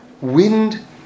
wind